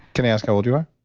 can i ask how old you are?